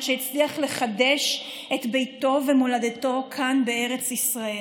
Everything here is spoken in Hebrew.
שהצליח לחדש את ביתו ומולדתו כאן בארץ ישראל,